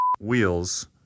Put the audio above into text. Wheels